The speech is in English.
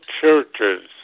churches